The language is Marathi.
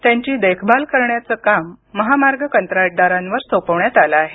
त्यांची देखभाल करण्याचं काम महामार्ग कंत्राटदारांवर सोपवण्यात आलं आहे